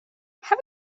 have